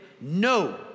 No